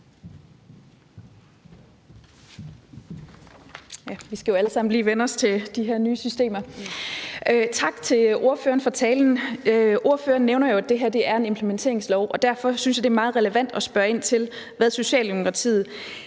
Venstre. Værsgo. Kl. 12:21 Marie Bjerre (V): Tak til ordføreren for talen. Ordføreren nævner jo, at det her er en implementeringslov, og derfor synes jeg, det er meget relevant at spørge ind til, hvad Socialdemokratiet